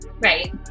Right